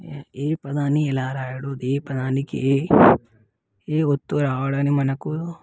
ఏ పదాన్ని ఎలా రాయడం ఏ పదానికి ఏ ఏ వత్తు రావడానికి మనకు